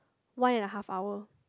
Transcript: one and a half hour